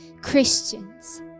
Christians